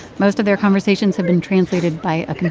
most of their conversations have been translated by a kind of